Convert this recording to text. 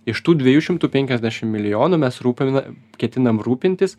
iš tų dviejų šimtų penkiasdešim milijonų mes rūpina ketinam rūpintis